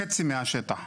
חצי מהשטח,